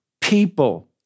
people